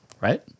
Right